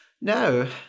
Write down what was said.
No